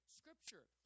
scripture